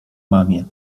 mamie